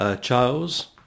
Charles